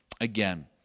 Again